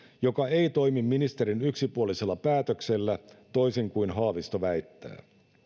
joka ei toimi ministerin yksipuolisella päätöksellä toisin kuin haavisto väittää